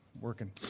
working